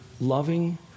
loving